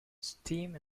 steam